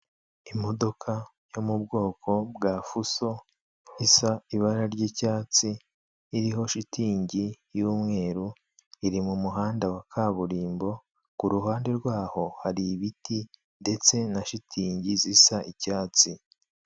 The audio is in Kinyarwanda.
Imodoka yo mu bwoko bwa fuso isa ibara ry'icyatsi iriho shitingi y'umweru iri mu muhanda wa kaburimbo. Kuruhande rwaho hari ibiti ndetse na shitingi zisa icyatsi.